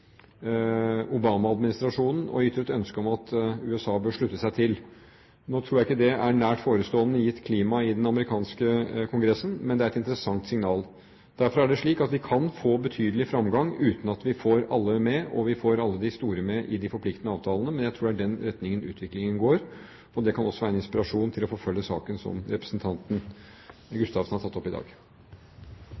og ytret ønske om at USA bør slutte seg til. Nå tror jeg ikke det er nært forestående gitt klimaet i den amerikanske kongressen, men det er et interessant signal. Derfor er det slik at vi kan få betydelig fremgang uten at vi får alle med – og alle de store med – i de forpliktende avtalene, men jeg tror det er i den retningen utviklingen går. Det kan også være en inspirasjon til å forfølge saken som representanten